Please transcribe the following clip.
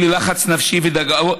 חברי, עד שלוש דקות.